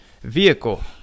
vehicle